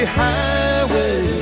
highway